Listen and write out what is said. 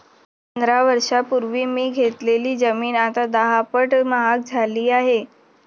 पंधरा वर्षांपूर्वी मी घेतलेली जमीन आता दहापट महाग झाली आहे